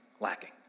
lacking